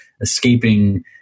escaping